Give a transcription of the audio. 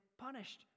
punished